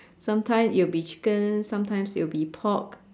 sometime it will be chicken sometimes it will be pork